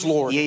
Lord